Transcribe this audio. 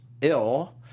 ill